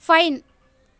fine